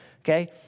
okay